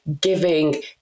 giving